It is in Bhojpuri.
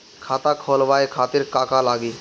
खाता खोलवाए खातिर का का लागी?